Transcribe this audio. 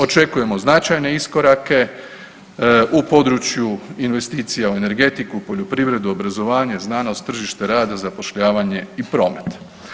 Očekujemo značajne iskorake u području investicija u energetiku, poljoprivredu, obrazovanje, znanost, tržište rada, zapošljavanje i promet.